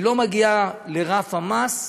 היא לא מגיעה לסף המס,